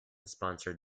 sponsored